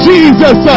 Jesus